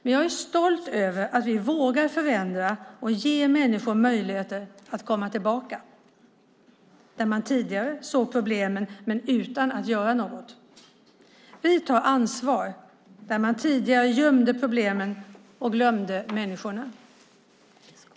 Men jag är stolt över att vi vågar förändra och ge människor möjligheter att komma tillbaka, där man tidigare såg problemen men utan att göra något. Vi tar ansvar där man tidigare gömde problemen och glömde människorna.